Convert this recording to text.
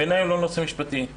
בעיניי הוא לא נושא משפטי.